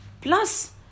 plus